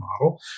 model